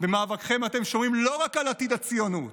במאבקכם אתם שומרים לא רק על עתיד הציונות